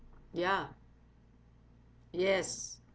ya yes